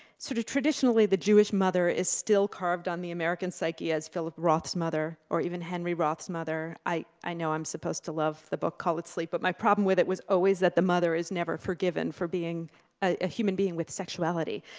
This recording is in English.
sort of traditionally, the jewish mother is still carved on the american psyche as philip roth's mother, or even henry roth's mother i i know i'm supposed to love the book call it sleep, but my problem with it was always that the mother is never forgiven for being a a human being with sexuality.